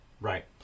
right